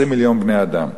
20 מיליון בני-אדם.